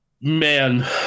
man